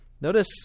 Notice